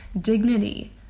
dignity